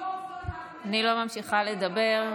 אני לא ממשיכה לדבר,